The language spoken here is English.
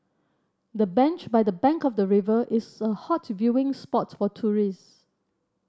the bench by the bank of the river is a hot viewing spot for tourist